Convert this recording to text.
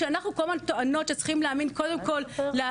כשאנחנו כל הזמן טוענות שצריך להאמין קודם כל למתלוננת,